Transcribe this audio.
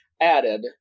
added